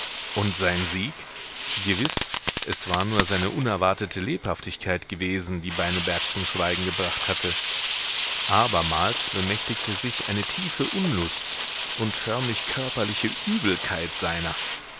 und sein sieg gewiß es war nur seine unerwartete lebhaftigkeit gewesen die beineberg zum schweigen gebracht hatte abermals bemächtigte sich eine tiefe unlust und förmlich körperliche übelkeit seiner